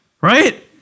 right